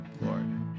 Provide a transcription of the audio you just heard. Lord